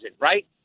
right